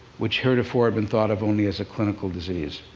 which heretofore had been thought of only as a clinical disease.